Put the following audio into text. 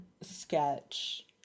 sketch